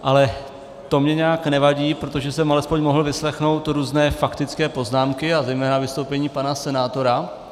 Ale to mi nijak nevadí, protože jsem alespoň mohl vyslechnout různé faktické poznámky a zejména vystoupení pana senátora.